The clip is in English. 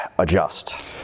adjust